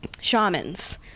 shamans